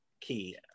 key